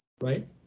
right